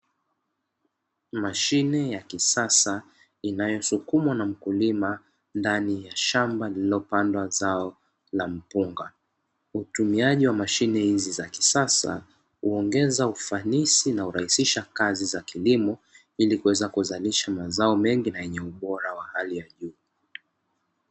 Mashine ya kisasa inayosukumwa na mkulima ndani ya shamba lilipandwa zao la mpunga. Utumiaji wa mashine hizi za kisasa huongeza ufanisi na kurahisisha kazi za kilimo ilikuweza kuzalisha mazao mengi na yenye ubora na wa hali ya juu.